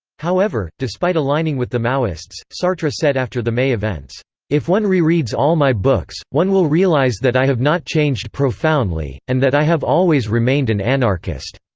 however, despite aligning with the maoists, sartre said after the may events if one rereads all my books, one will realize that i have not changed profoundly, and that i have always remained an anarchist.